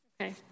Okay